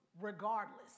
regardless